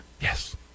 Yes